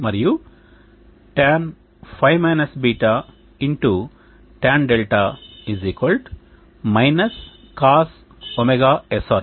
మరియు Tanϕ-β Tan 𝛿 Cos ωsrt